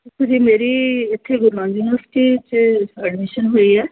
ਜੀ ਮੇਰੀ ਇੱਥੇ ਗੁਰੂ ਨਾਨਕ ਯੂਨੀਵਰਸਿਟੀ 'ਚ ਐਡਮਿਸ਼ਨ ਹੋਈ ਹੈ